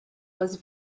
was